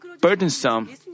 burdensome